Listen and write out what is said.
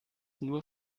nur